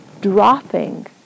dropping